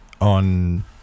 on